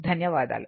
ధన్యవాదాలు